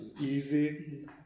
easy